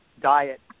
diet